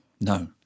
no